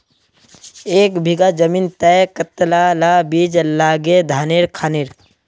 एक बीघा जमीन तय कतला ला बीज लागे धानेर खानेर?